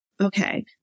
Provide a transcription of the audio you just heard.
okay